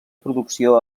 producció